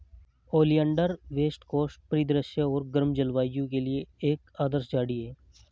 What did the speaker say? oleander west coast परिदृश्य और गर्म जलवायु के लिए एक आदर्श झाड़ी है